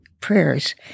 prayers